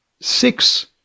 Six